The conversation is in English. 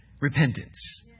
repentance